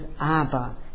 Abba